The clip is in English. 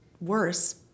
worse